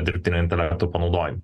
dirbtinio intelekto panaudojimu